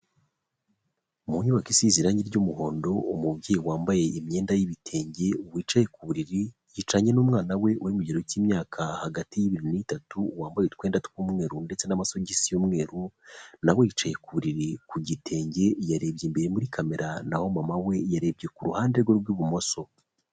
Mu nyubako isize irange ry'umuhondo, umubyeyi wambaye imyenda y'ibitenge wicaye ku buriri. Yicaranye n'umwana we uri mu kigero cy'imyaka hagati y'ibiri n'itatu, wambaye utwenda tw'umweru, ndetse n'amasogisi y'umweru, nawe yicaye ku buriri ku gitenge, yarebye imbere muri kamera, naho mama we, yarebye ku ruhande rwe rw'ibumoso.